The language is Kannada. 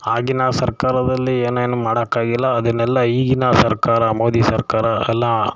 ಆಗಿನ ಸರ್ಕಾರದಲ್ಲಿ ಏನೇನು ಮಾಡೋಕ್ಕಾಗಿಲ್ಲ ಅದನ್ನೆಲ್ಲ ಈಗಿನ ಸರ್ಕಾರ ಮೋದಿ ಸರ್ಕಾರ ಎಲ್ಲ